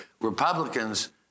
Republicans—